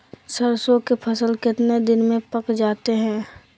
सरसों के फसल कितने दिन में पक जाते है?